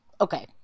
Okay